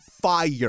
fire